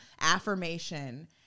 affirmation